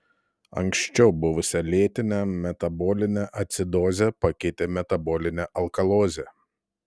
anksčiau buvusią lėtinę metabolinę acidozę pakeitė metabolinė alkalozė